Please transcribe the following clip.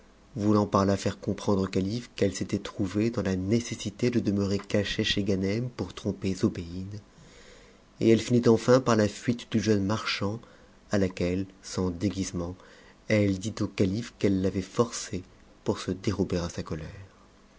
voulant par-là faire comprendre au calife qu'elfe s'était trouvée dans la nécessité de demeurer cachée chez ganem pour tromper zobéide et elle finit enfin par la fuite du jeune marchand à laquelle sans déguisement elle dit au calife qu'elle l'avait forcé pour se dérober à sa colère